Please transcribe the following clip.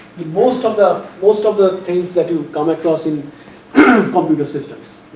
most of the most of the things that you come across in computer systems.